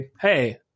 Hey